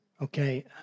Okay